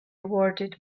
awarded